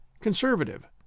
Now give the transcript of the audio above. conservative